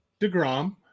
DeGrom